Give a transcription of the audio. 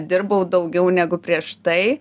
dirbau daugiau negu prieš tai